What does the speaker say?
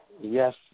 Yes